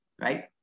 right